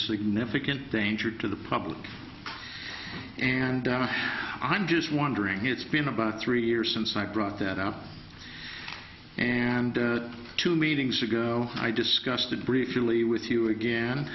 significant danger to the public and i'm just wondering it's been about three years since i brought that out and two meetings ago i discussed it briefly with you again